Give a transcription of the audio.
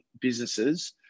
businesses